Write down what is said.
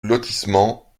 lotissement